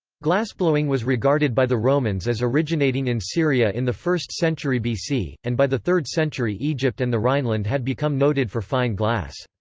glassblowing was regarded by the romans as originating in syria in the first century bc, and by the third century egypt and the rhineland had become noted for fine glass.